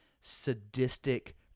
sadistic